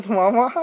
mama